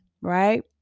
right